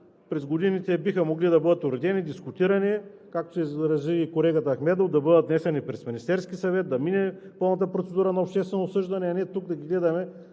през годините биха могли да бъдат уредени, дискутирани. Както се изрази и колегата Ахмедов, да бъдат внесени през Министерския съвет, да мине пълната процедура на обществено обсъждане, а не тук да ги гледаме